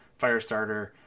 Firestarter